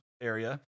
area